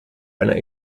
einer